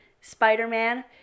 Spider-Man